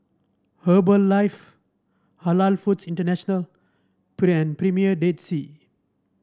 Herbalife Halal Foods International and Premier Dead Sea